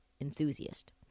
enthusiast